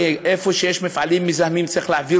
בבקשה, חבר הכנסת יגאל גואטה, אינו נוכח.